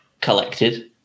collected